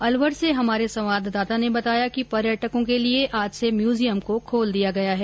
अलवर से हमारे संवाददाता ने बताया कि पर्यटकों के लिए आज से म्यूजियम को खोल दिया गया है